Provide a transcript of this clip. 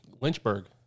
Lynchburg